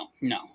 no